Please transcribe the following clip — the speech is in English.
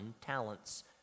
talents